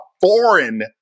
foreign